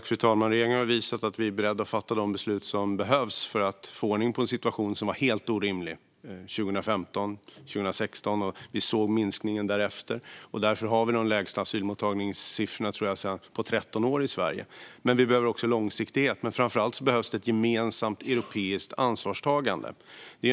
Fru talman! Regeringen har visat att den var beredd att fatta de beslut som behövdes för att få ordning på en situation som var helt orimlig 2015 och 2016. Därefter såg vi en minskning och har därför de lägsta asylmottagningssiffrorna i Sverige på 13 år. Vi behöver dock långsiktighet, och framför allt behövs det ett gemensamt europeiskt ansvarstagande.